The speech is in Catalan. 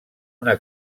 una